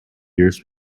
years